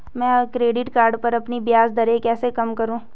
मैं credit card पर अपनी ब्याज दरें कैसे कम करूँ?